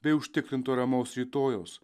bei užtikrintų ramaus rytojaus